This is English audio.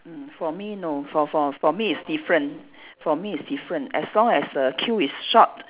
mm for me no for for for me it's different for me it's different as long as the queue is short